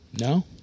No